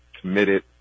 committed